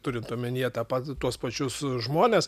turint omenyje tą pat tuos pačius žmones